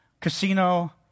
casino